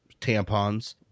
Tampons